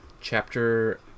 chapter